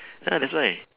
ya that's why